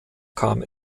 kam